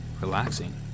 relaxing